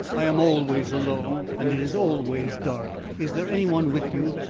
i am always alone, and it is always dark. is there any one with you?